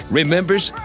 remembers